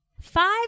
Five